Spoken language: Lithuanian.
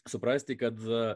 suprasti kad